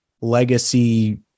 legacy